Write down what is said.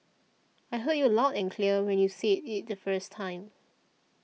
I heard you loud and clear when you said it the first time